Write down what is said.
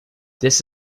this